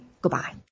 Goodbye